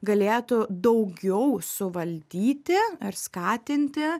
galėtų daugiau suvaldyti ar skatinti